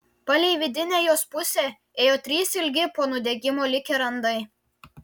palei vidinę jos pusę ėjo trys ilgi po nudegimo likę randai